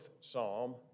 Psalm